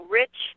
rich